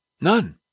None